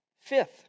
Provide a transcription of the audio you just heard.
Fifth